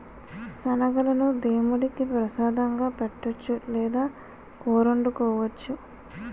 శనగలను దేముడికి ప్రసాదంగా పెట్టొచ్చు లేదా కూరొండుకోవచ్చు